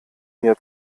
mir